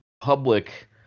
public